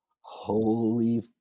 holy